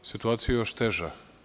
Situacija je još teža.